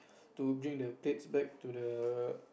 to bring the plates back to the